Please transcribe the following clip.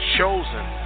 chosen